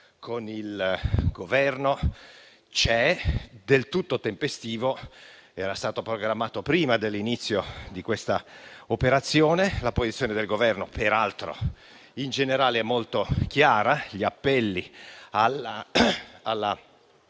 con il Governo c'è ed è del tutto tempestivo, essendo stato programmato prima dell'inizio di questa operazione. La posizione del Governo è peraltro in generale molto chiara. Gli appelli alla